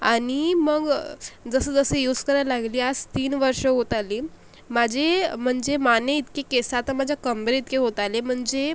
आणि मग जसं जसं यूस करायला लागली आज तीन वर्षं होत आली माझे म्हणजे मानेइतके केस आता माझ्या कमरेइतके होत आले म्हणजे